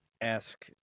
ask